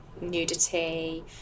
nudity